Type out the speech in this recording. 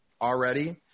already